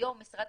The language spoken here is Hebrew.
עוד